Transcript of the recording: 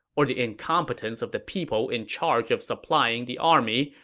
or the incompetence of the people in charge of supplying the army,